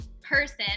person